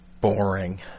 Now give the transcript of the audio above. boring